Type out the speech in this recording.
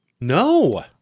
No